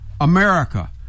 America